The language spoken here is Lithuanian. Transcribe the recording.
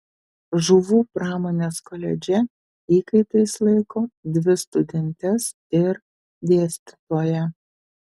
žuvų pramonės koledže įkaitais laiko dvi studentes ir dėstytoją